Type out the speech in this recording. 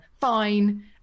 fine